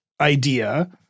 idea